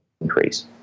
increase